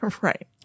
Right